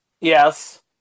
Yes